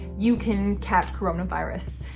you can catch corona virus.